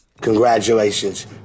Congratulations